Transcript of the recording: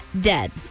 dead